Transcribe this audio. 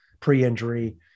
pre-injury